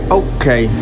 okay